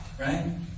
Right